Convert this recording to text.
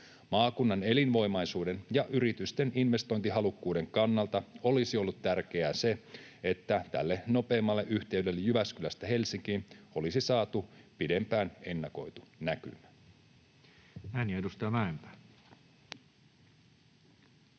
Maakunnan elinvoimaisuuden ja yritysten investointihalukkuuden kannalta olisi ollut tärkeää se, että tälle nopeimmalle yhteydelle Jyväskylästä Helsinkiin olisi saatu pidempään ennakoitu näkymä.